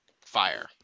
fire